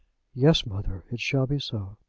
yes, mother it shall be so.